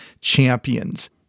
Champions